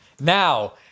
Now